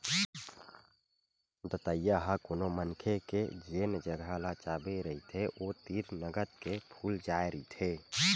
दतइया ह कोनो मनखे के जेन जगा ल चाबे रहिथे ओ तीर नंगत के फूल जाय रहिथे